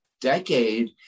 decade